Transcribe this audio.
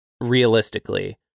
realistically